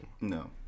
No